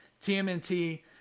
TMNT